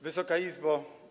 Wysoka Izbo!